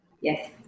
Yes